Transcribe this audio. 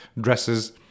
dresses